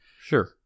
Sure